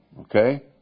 Okay